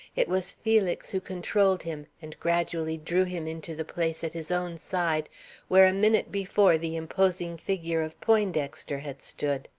it was felix who controlled him and gradually drew him into the place at his own side where a minute before the imposing figure of poindexter had stood